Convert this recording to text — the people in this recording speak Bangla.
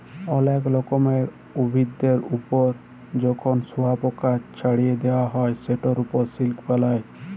অলেক রকমের উভিদের ওপর যখন শুয়পকাকে চ্ছাড়ে দেওয়া হ্যয় সেটার ওপর সে সিল্ক বালায়